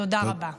תודה רבה.